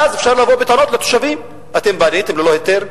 ואז אפשר לבוא בטענות לתושבים: בניתם ללא היתר,